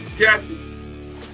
Captain